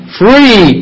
free